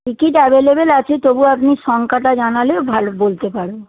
ticket available আছে তবুও আপনি সংখ্যাটা জানালে ভালো বলতে পারব